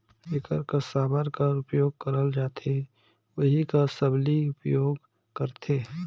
जेकर कस साबर कर उपियोग करल जाथे ओही कस सबली उपियोग करथे